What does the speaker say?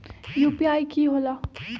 UPI कि होला?